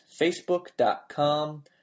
facebook.com